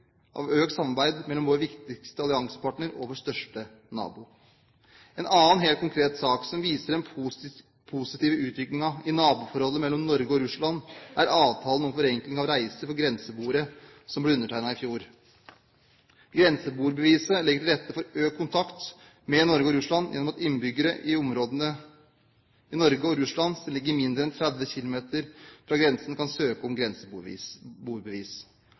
av økt samarbeid med vår viktigste alliansepartner og vår største nabo. En annen helt konkret sak som viser den positive utviklingen i naboforholdet mellom Norge og Russland, er avtalen om forenkling av reise for grenseboere, som ble undertegnet i fjor. Grenseboerbeviset legger til rette for økt kontakt mellom Norge og Russland gjennom at innbyggere i områdene i Norge og Russland som ligger mindre enn 30 km fra grensen, kan søke om